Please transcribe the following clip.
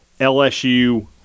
LSU